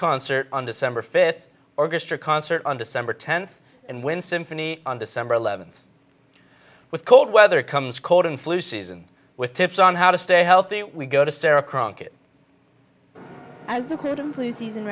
concert on december fifth orchestra concert on december tenth and win symphony on december eleventh with cold weather comes cold and flu season with tips on how to stay healthy we go to sara crockett as a cordon bleu season